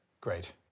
Great